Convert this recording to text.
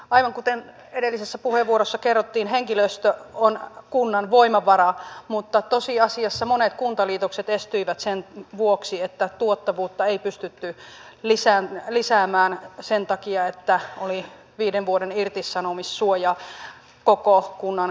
aivan kuten edellisessä puheenvuorossa kerrottiin henkilöstö on kunnan voimavara mutta tosiasiassa monet kuntaliitokset estyivät sen vuoksi että tuottavuutta ei pystytty lisäämään sen takia että oli viiden vuoden irtisanomissuoja koko kunnan henkilöstöllä